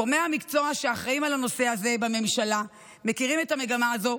גורמי המקצוע שאחראים לנושא הזה בממשלה מכירים את המגמה הזאת,